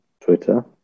Twitter